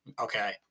okay